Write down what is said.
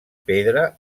pedra